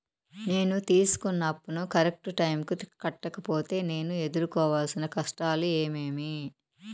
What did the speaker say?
నేను తీసుకున్న అప్పును కరెక్టు టైముకి కట్టకపోతే నేను ఎదురుకోవాల్సిన కష్టాలు ఏమీమి?